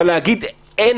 אבל להגיד שאי